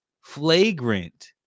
flagrant